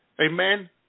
Amen